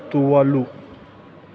Tuvalu